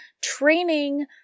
training